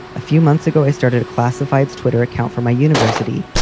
a few months ago, i started a classifieds twitter account for my university,